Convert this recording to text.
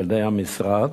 על-ידי המשרד,